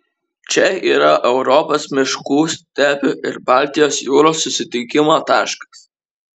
čia yra europos miškų stepių ir baltijos jūros susitikimo taškas